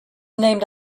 named